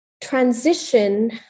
transition